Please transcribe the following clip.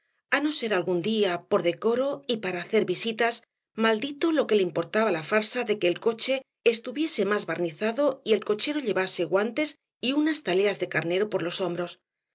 á no ser algún día por decoro y para hacer visitas maldito lo que le importaba la farsa de que el coche estuviese más barnizado y el cochero llevase guantes y unas zaleas de carnero por los hombros